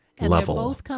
level